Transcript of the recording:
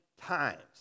times